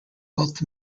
both